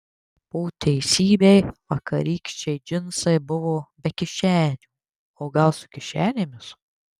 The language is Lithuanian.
po teisybei vakarykščiai džinsai buvo be kišenių o gal su kišenėmis